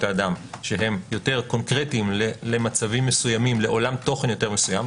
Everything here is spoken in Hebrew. האדם שהם יותר קונקרטיים לעולם תוכן יותר מסוים,